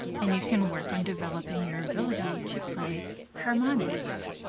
and you can work on developing your ability to play harmonics.